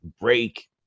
break